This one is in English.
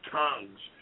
tongues